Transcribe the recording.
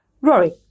Rory